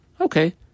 Okay